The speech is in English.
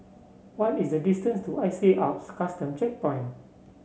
what is the distance to I C Alps Custom Checkpoint